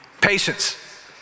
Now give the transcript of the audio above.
Patience